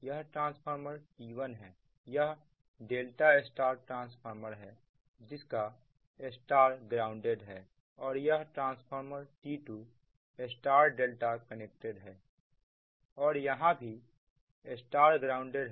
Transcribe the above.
यह ट्रांसफार्मर T1है यह Y ट्रांसफार्मर है जिसका Y ग्राउंडेड है और यह ट्रांसफार्मर T2 Y कनेक्टेड है और यहां भी Y ग्राउंडेड है